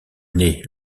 née